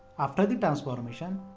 after the transformation,